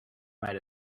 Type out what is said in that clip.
might